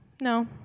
no